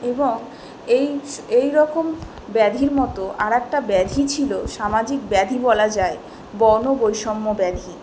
এবং এই এই রকম ব্যাধির মতো আর একটা ব্যাধি ছিলো সামাজিক ব্যাধি বলা যায় বর্ণ বৈষম্য ব্যাধি